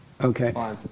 Okay